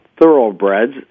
thoroughbreds